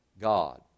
God